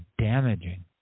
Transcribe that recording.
damaging